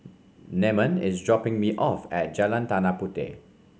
Namon is dropping me off at Jalan Tanah Puteh